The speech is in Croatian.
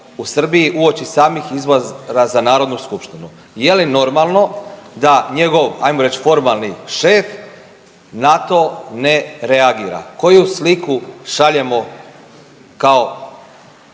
u Srbiji uoči samih izbora za Narodnu skupštinu, je li normalno da njegov, ajmo reć formalni šef, na to ne reagira, koju sliku šaljemo kao